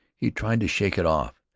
he tried to shake it off,